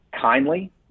kindly